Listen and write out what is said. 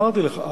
אמרתי לך.